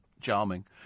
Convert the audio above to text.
Charming